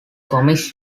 comics